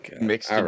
mixed